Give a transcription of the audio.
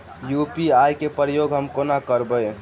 UPI केँ प्रयोग हम कोना करबे?